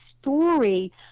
story